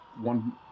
one